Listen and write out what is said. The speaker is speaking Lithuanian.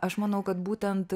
aš manau kad būtent